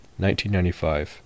1995